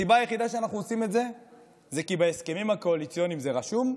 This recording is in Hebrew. הסיבה היחידה שאנחנו עושים את זה היא כי בהסכמים הקואליציוניים זה רשום,